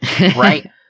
Right